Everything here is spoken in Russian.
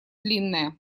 длинная